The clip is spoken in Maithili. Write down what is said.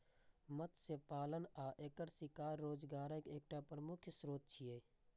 मत्स्य पालन आ एकर शिकार रोजगारक एकटा प्रमुख स्रोत छियै